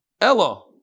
Ella